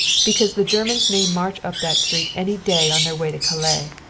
because the germans may march up that street any day on their way to calais.